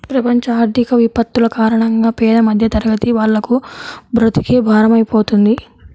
ప్రపంచ ఆర్థిక విపత్తుల కారణంగా పేద మధ్యతరగతి వాళ్లకు బ్రతుకే భారమైపోతుంది